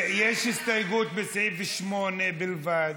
יש הסתייגות לסעיף 8 בלבד,